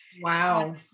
Wow